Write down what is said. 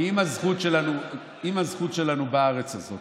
אם הזכות שלנו בארץ הזאת,